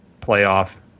playoff